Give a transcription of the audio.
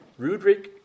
Rudrick